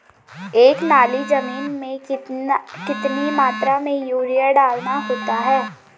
एक नाली जमीन में कितनी मात्रा में यूरिया डालना होता है?